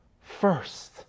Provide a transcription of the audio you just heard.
first